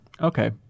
Okay